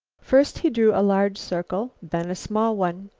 first he drew a large circle, then a small one.